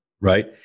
Right